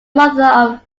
mother